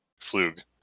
Flug